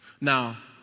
Now